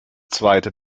zweite